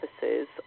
services